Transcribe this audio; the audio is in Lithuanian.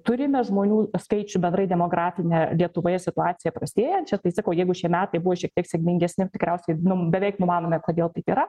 turime žmonių skaičių bendrai demografinę lietuvoje situacija prastėja čia tai sakau jeigu šie metai buvo šiek tiek sėkmingesni tikriausiai nu beveik numanome kodėl tai yra